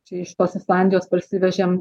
čia iš tos islandijos parsivežėm